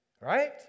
right